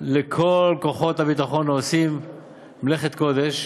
לכל כוחות הביטחון, העושים מלאכת קודש